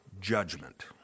judgment